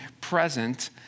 present